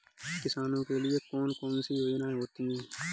किसानों के लिए कौन कौन सी योजनायें होती हैं?